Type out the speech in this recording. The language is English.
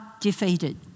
defeated